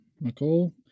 Nicole